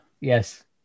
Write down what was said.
Yes